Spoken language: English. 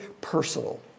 personal